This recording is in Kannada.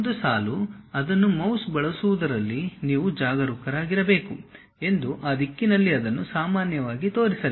ಒಂದು ಸಾಲು ಅದನ್ನು ಮೌಸ್ ಬಳಸುವುದರಲ್ಲಿ ನೀವು ಜಾಗರೂಕರಾಗಿರಬೇಕು ಎಂದು ಆ ದಿಕ್ಕಿನಲ್ಲಿ ಅದನ್ನು ಸಾಮಾನ್ಯವಾಗಿ ತೋರಿಸಲಿದೆ